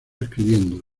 escribiendo